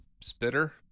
spitter